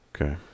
okay